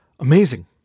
Amazing